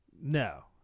No